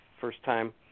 first-time